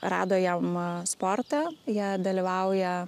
rado jam sportą jie dalyvauja